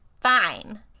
fine